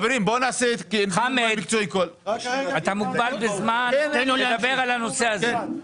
חמד, אתה מוגבל בזמן, תדבר על הנושא הזה.